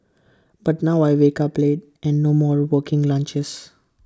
but now I wake up late and no more working lunches